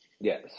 Yes